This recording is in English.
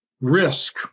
risk